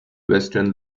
western